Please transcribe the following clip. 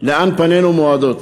לאן פנינו מועדות.